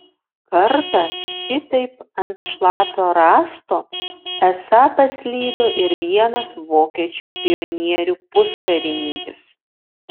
kartą šitaip ant šlapio rąsto esą paslydo ir vienas vokiečių pionierių puskarininkis